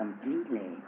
completely